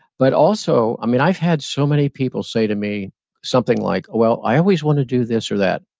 but also, i mean, i've had so many people say to me something like, well, i always wanna do this or that,